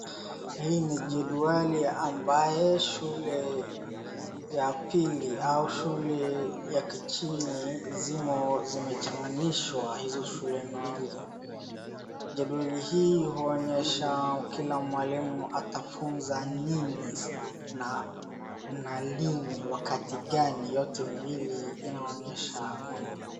Hii ni jedwali ambaye shule ya pili au shule ya kichini zimo zimechanganyishwa hizo shule mbili. Jedwali hii huonyesha kila mwalimu atafunza nini na na lini wakati gani yote mbili inaonyesha.